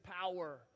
power